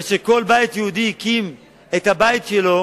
ושכל בית יהודי הקים את הבית שלו